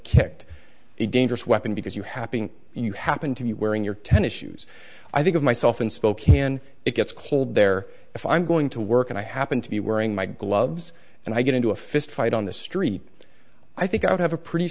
kicked a dangerous weapon because you happening and you happen to be wearing your tennis shoes i think of myself in spokane it gets cold there if i'm going to work and i happen to be wearing my gloves and i get into a fist fight on the street i think i have a pretty